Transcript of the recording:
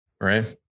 right